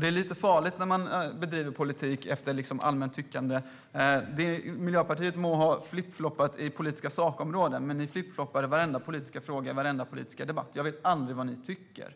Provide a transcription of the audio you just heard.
Det är farligt att bedriva politik efter allmänt tyckande. Miljöpartiet må ha flippfloppat inom politiska sakområden. Men ni flippfloppar i varenda politisk fråga i varenda politisk debatt. Jag vet aldrig vad ni tycker.